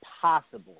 possible